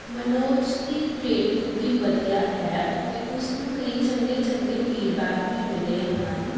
ਮਨੋਜ ਦੀ ਰੇਟਿੰਗ ਵੀ ਵਧੀਆ ਹੈ ਅਤੇ ਉਸਨੂੰ ਕਈ ਚੰਗੇ ਚੰਗੇ ਫੀਡਬੈਕ ਵੀ ਮਿਲੇ ਹਨ